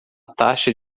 taxa